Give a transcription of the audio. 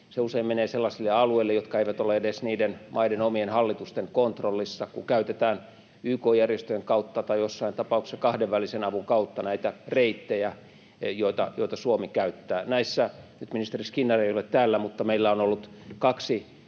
se usein menee sellaisille alueille, jotka eivät ole edes niiden maiden omien hallitusten kontrollissa, kun käytetään YK-järjestöjen kautta tai joissain tapauksissa kahdenvälisen avun kautta näitä reittejä, joita Suomi käyttää. Meillä — nyt ministeri Skinnari ei ole täällä — on ollut kaksi